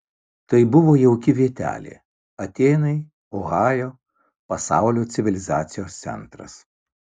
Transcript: tai buvo jauki vietelė atėnai ohajo pasaulio civilizacijos centras